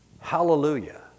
Hallelujah